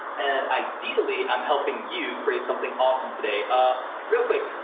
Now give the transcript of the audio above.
and ideally, i'm helping you create something awesome today. ah real quick,